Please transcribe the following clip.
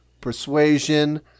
persuasion